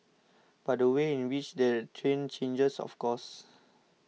but the way in which they're trained changes of course